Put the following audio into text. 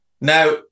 Now